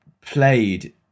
played